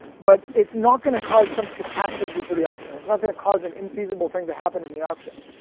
but it's not going to cause some catastrophe for the auction. it's not going to cause an infeasible thing to happen in the auction.